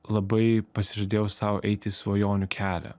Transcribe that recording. labai pasižadėjau sau eiti į svajonių kelią